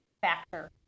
factor